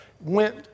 went